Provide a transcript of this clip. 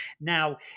Now